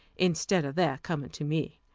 instead of their coming to me.